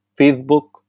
Facebook